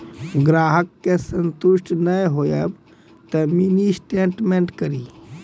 ग्राहक के संतुष्ट ने होयब ते मिनि स्टेटमेन कारी?